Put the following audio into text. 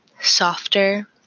softer